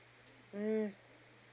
mm